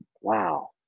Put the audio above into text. wow